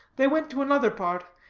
they went to another part,